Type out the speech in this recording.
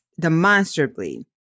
demonstrably